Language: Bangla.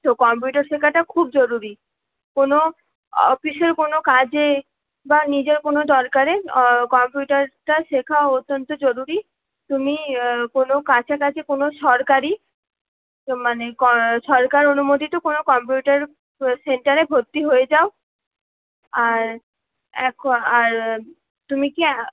তো কম্পিউটার শেখাটা খুব জরুরি কোনো অফিসের কোনো কাজে বা নিজের কোনো দরকারে কম্পিউটারটা শেখা অত্যন্ত জরুরি তুমি কোনো কাছাকাছি কোনো সরকারি মানে সরকার অনুমোদিত কোনো কম্পিউটার সেন্টারে ভর্তি হয়ে যাও আর আর তুমি কি